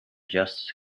just